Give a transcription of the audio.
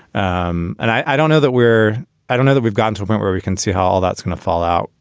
um and i don't know that we're i don't know that we've gotten to a point where we can see how all that's going to fall out.